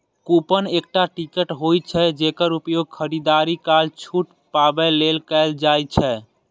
coupon एकटा ticket होइ छै, जेकर उपयोग खरीदारी काल छूट पाबै लेल कैल जाइ छै